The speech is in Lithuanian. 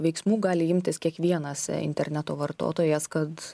veiksmų gali imtis kiekvienas interneto vartotojas kad